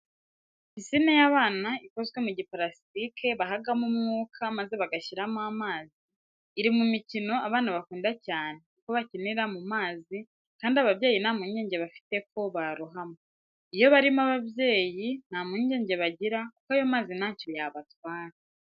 Pisine y'abana ikozwe mu giparasitike bahagamo umwuka maze bagashyiramo amazi, iri mu mikino abana bakunda cyane kuko bakinira mu mazi kandi ababyeyi nta mpungenge bafite ko barohama. Iyo barimo ababyeyi nta mpungenge bagira kuko ayo mazi ntacyo yabatwara.